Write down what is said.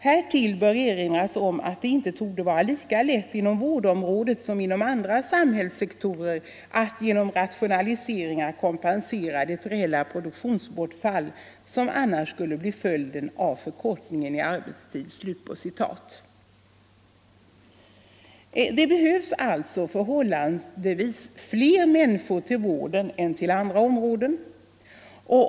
Härtill bör erinras om att det inte torde vara lika lätt inom vårdområdet som inom andra samhällssektorer att genom rationaliseringar kompensera det eventuella produktionsbortfall som annars skulle bli följden av förkortningen i arbetstid.” Det behövs alltså på vårdområdet förhållandevis fler människor för detta ändamål än på andra områden.